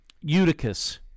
Eutychus